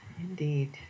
Indeed